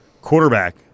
quarterback